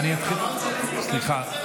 סליחה.